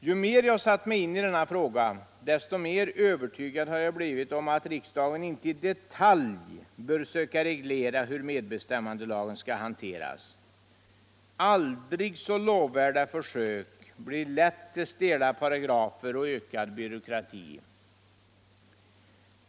Ju mer jag satt mig in i denna fråga, desto mer övertygad har jag blivit om att riksdagen inte i detalj bör söka reglera hur medbestämmandelagen skall hanteras. Aldrig så lovvärda försök blir lätt till stela paragrafer och ökad byråkrati.